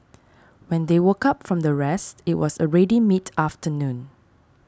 when they woke up from their rest it was already mid afternoon